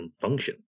function